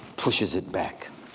pushes it back.